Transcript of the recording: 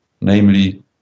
namely